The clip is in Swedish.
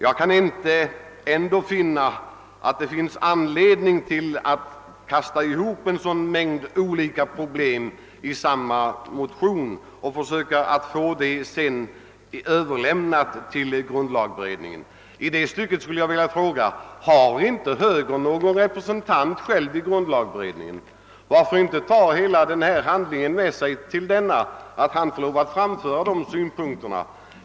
Jag kan inte finna att det föreligger någon anledning att blanda en sådan mängd olika problem i samma motion och sedan försöka överlämna denna till grundlagberedningen. I det stycket skulle jag vilja fråga om inte högern har någon representant i grundlagberedningen. Varför inte ta hela listan med sig till denne representant, så att han kunde framföra dessa synpunkter?